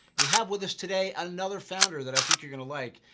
we have with us today another founder that i think you're going to like.